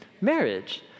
Marriage